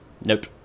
Nope